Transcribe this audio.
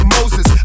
Moses